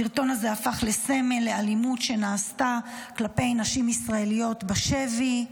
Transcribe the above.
הסרטון הזה הפך לסמל לאלימות שנעשתה כלפי נשים ישראליות בשבי.